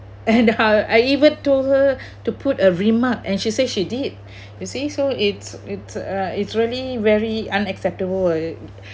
and how I even told her to put a remark and she say she did you see so it's it's a it's really very unacceptable ugh